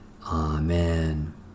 Amen